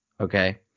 Okay